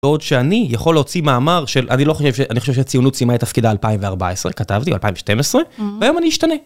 ועוד שאני יכול להוציא מאמר של, אני לא חושב, אני חושב שציונות סימה את תפקידה 2014, כתבתי ב2012, היום אני אשתנה.